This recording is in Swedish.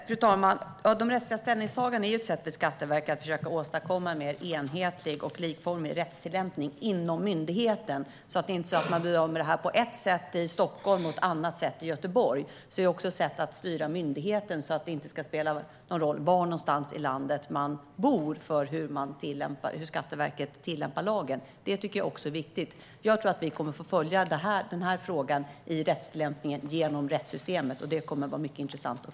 Fru talman! De rättsliga ställningstagandena är ju ett sätt för Skatteverket att försöka åstadkomma en mer enhetlig och likformig rättstillämpning inom myndigheten så att man inte bedömer det här på ett sätt i Stockholm och på ett annat sätt i Göteborg. Det är alltså ett sätt att styra myndigheten så att var i landet man bor inte ska spela någon roll för hur Skatteverket tillämpar lagen. Det tycker jag också är viktigt. Jag tror att vi kommer att få följa rättstillämpningen av den här frågan genom rättssystemet, och det kommer att vara mycket intressant.